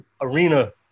arena